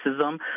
racism